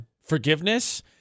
forgiveness